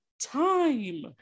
time